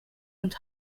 und